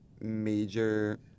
major